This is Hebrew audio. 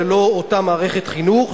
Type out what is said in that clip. זה לא אותה מערכת חינוך,